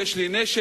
יש לי נשק,